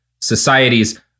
societies